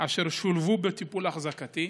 אשר שולבו בטיפול אחזקתי,